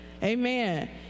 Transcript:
Amen